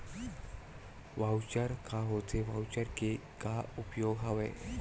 Voucher का होथे voucher के का उपयोग हवय?